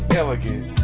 elegant